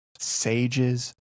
Sages